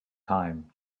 time